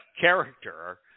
character